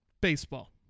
baseball